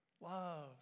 Love